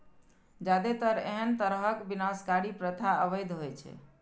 जादेतर एहन तरहक विनाशकारी प्रथा अवैध होइ छै